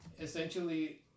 essentially